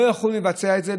לא יכלו לבצע את זה,